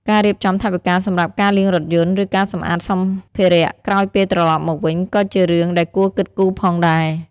ការរៀបចំថវិកាសម្រាប់ការលាងរថយន្ត ឬការសម្អាតសម្ភារៈក្រោយពេលត្រលប់មកវិញ ក៏ជារឿងដែលគួរគិតគូរផងដែរ។